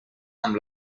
amb